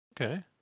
Okay